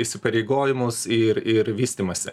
įsipareigojimus ir ir vystymąsi